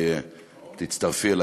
לא נמצא,